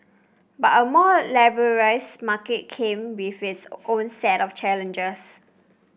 but a more liberalised market came with its own set of challenges